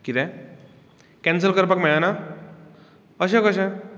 कितें कॅन्सल करपाक मेळना अशें कशें